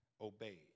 obeyed